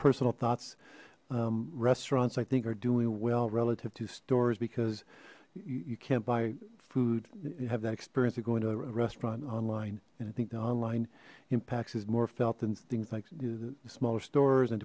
personal thoughts restaurants i think are doing well relative to stores because you can't buy food you have that experience of going to a restaurant online and i think the online impacts is more felt than things like the smaller stores and